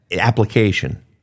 application